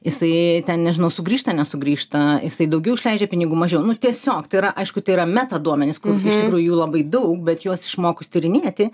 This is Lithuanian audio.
jisai ten nežinau sugrįžta nesugrįžta jisai daugiau išleidžia pinigų mažiau nu tiesiog tai yra aišku tai yra metaduomenys kur iš tikrųjų jų labai daug bet juos išmokus tyrinėti